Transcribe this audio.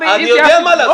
אני זייפתי בחירות?